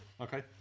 Okay